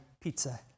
pizza